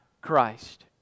Christ